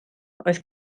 oedd